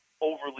overly